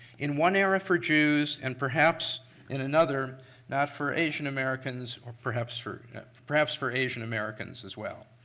in one era for jews and perhaps in another not for asian americans or perhaps for perhaps for asian americans as well.